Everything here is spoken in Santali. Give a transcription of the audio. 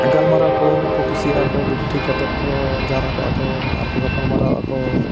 ᱜᱟᱞᱢᱟᱨᱟᱣ ᱠᱚ ᱠᱩᱥᱤᱭᱟᱜᱼᱟ ᱠᱚ ᱫᱩᱲᱩᱵ ᱴᱷᱤᱠ ᱠᱟᱛᱮᱫ ᱠᱚ ᱡᱟᱣᱨᱟ ᱠᱚᱜᱼᱟ ᱠᱚ ᱟᱨ ᱠᱚ ᱜᱟᱯᱟᱞᱢᱟᱨᱟᱣ ᱟᱠᱚ